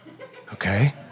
Okay